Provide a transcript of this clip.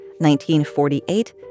1948